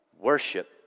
Worship